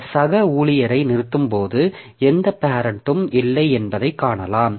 இந்த சக ஊழியரை நிறுத்தும்போது எந்த பேரெண்ட்டும் இல்லை என்பதைக் காணலாம்